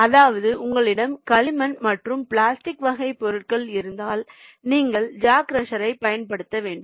அதாவது உங்களிடம் களிமண் மற்றும் பிளாஸ்டிக் வகை பொருட்கள் இருந்தால் நீங்கள் ஜா க்ரஷர் பயன்படுத்த வேண்டும்